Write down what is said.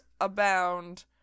abound